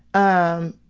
um,